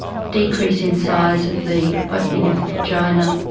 decrease in size of the opening of the vagina,